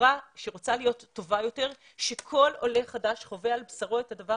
כחברה שרוצה להיות טובה יותר שכל עולה חדש חווה על בשרו את הדבר